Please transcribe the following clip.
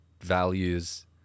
values